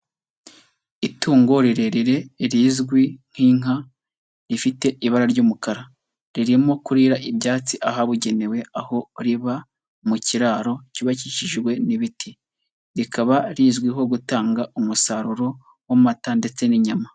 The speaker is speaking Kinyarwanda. Itungo rirerire rizwi nk'inka rifite ibara ry'umukara, ririmo kurira ibyatsi ahabugenewe aho riba mu kiraro cyubakishijwe n'ibiti, rikaba rizwiho gutanga umusaruro w'amata ndetse n'inyama.